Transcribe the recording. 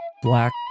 Black